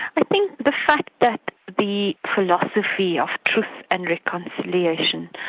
i think the fact that the philosophy of truth and reconciliation,